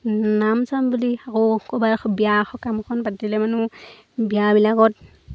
নাম চাম বুলি আকৌ ক'ৰবাত এ বিয়া সকাম এখন পাতিলে মানুহ বিয়াবিলাকত